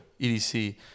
EDC